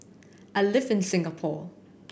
I live in Singapore